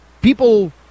people